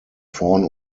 vorn